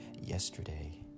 yesterday